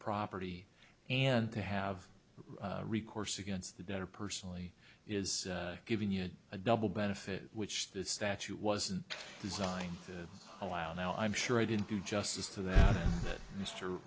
property and to have recourse against the debtor personally is giving it a double benefit which the statute wasn't designed a while now i'm sure i didn't do justice to that mr